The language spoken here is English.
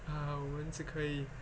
uh 我们是可以